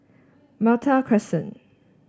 Malta Crescent